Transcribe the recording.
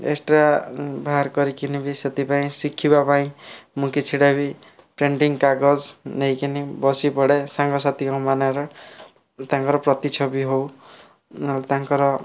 extra ବାହାର କରିକି ନେବି ସେଥିପାଇଁ ଶିଖିବା ପାଇଁ ମୁଁ କିଛିଟା ବି ପେଣ୍ଟିଙ୍ଗ୍ କାଗଜ ନେଇକରି ବସିପଡ଼େ ସାଙ୍ଗସାଥିଙ୍କ ମାନରେ ତାଙ୍କର ପ୍ରତିଛବି ହେଉ ନହେଲେ ତାଙ୍କର